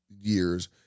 years